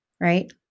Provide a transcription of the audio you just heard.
right